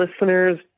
listeners